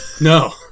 No